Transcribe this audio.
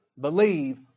believe